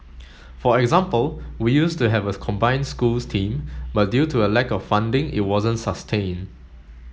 for example we used to have a combined schools team but due to a lack of funding it wasn't sustained